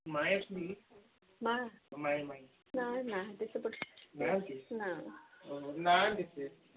ମାଇଁ ଅଛନ୍ତି କି ମା ମାଇଁ ମାଇଁ ନାଇଁ ନାହାଁନ୍ତି ସେପଟରେ ନାହାଁନ୍ତି ନା ନାଁ ନାହାଁନ୍ତି ସିଏ